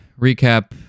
Recap